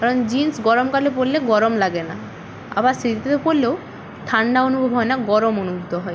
কারণ জিন্স গরমকালে পরলে গরম লাগে না আবার শীতে পরলেও ঠান্ডা অনুভব হয় না গরম অনুভূত হয়